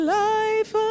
life